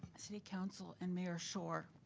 city council and mayor schor.